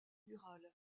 rural